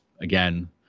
again